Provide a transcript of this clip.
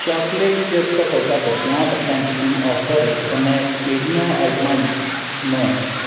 chocolate च घट्टोघट्ट पंजाह् परसेंट दी आफर कन्नै केह्ड़ियां आइटमां न